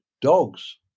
dogs